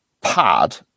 pad